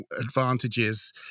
advantages